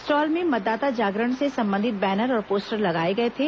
stall में मतदाता जागरण से संबंधित बैनर और पोस्टर लगाए गए थे